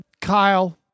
Kyle